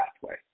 pathway